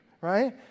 right